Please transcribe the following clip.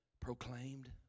Proclaimed